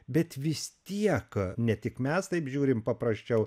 bet vis tiek ne tik mes taip žiūrim paprasčiau